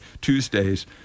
Tuesdays